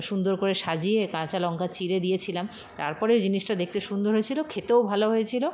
সুন্দর করে সাজিয়ে কাঁচা লঙ্কা চিঁড়ে দিয়েছিলাম তারপরে জিনিসটা দেখতে সুন্দর হয়েছিল খেতেও ভালো হয়েছিল